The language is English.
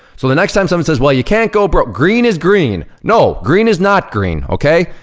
so the next time someone says, well, you can't go broke, green is green. no, green is not green, okay?